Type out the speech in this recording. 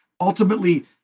Ultimately